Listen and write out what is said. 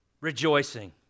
rejoicing